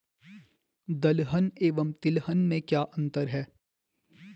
दलहन एवं तिलहन में क्या अंतर है?